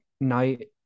night